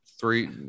three